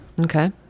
Okay